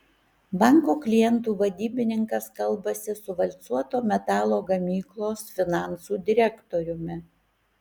banko klientų vadybininkas kalbasi su valcuoto metalo gamyklos finansų direktoriumi